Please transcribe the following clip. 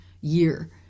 year